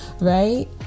right